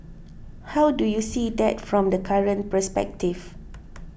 how do you see that from the current perspective